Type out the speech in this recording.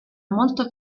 molto